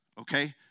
okay